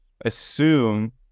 assume